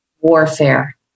warfare